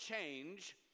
change